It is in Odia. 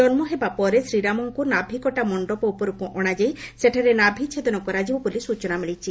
ଜନ୍ନ ହେବାପରେ ଶ୍ରୀରାମଙ୍କୁ ନାଭିକଟା ମଣ୍ଡପ ଉପରକୁ ଅଶାଯାଇ ସେଠାରେ ନାଭି ଛେଦନ କରାଯିବ ବୋଲି ସ୍ଚନା ମିଳିଛି